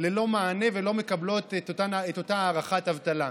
ללא מענה ולא מקבלות את אותה הארכת אבטלה.